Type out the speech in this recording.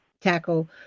tackle